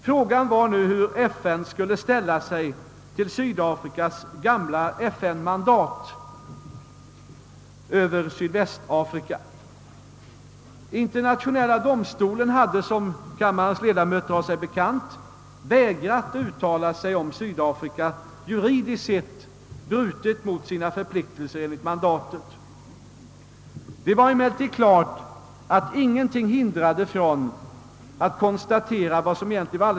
Frågan var hur FN skulle ställa sig till Sydafrikas gamla FN-mandat över Sydvästafrika. Som kammarens ledamöter vet hade Internationella domstolen vägrat att uttala sig om huruvida Sydafrika juridiskt sett hade brutit mot sina förpliktelser enligt mandatet.